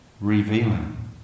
revealing